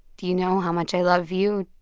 do you know how much i love you?